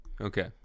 okay